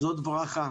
זאת ברכה.